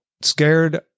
scared